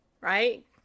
right